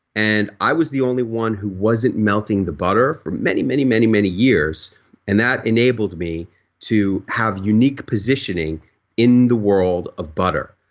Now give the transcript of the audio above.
and i was the only one who wasn't melting the butter for many, many many, many years and that enabled me to have unique positioning in the world of butter.